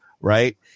right